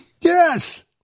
Yes